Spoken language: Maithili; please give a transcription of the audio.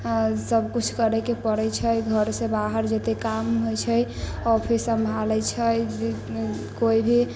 सब कुछ करे के परै छै घर से बाहर जेतै काम होइ छै ऑफिस सँभालै छै कोइ भी